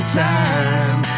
time